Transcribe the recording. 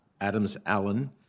Adams-Allen